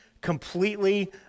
completely